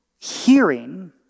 Hearing